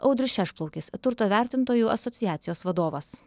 audrius šešplaukis turto vertintojų asociacijos vadovas